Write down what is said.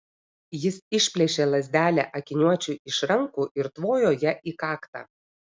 jis išplėšė lazdelę akiniuočiui iš rankų ir tvojo ja į kaktą